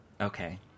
Okay